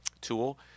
tool